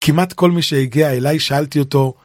כמעט כל מי שהגיע אליי שאלתי אותו